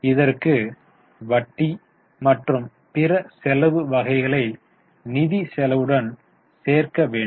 இதற்கு வட்டி மற்றும் பிற செலவு வகைகளை நிதி செலவுடன் சேர்க்க வேண்டும்